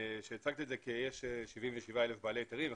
הצגת את זה שיש 77 אלף בעלי היתרים,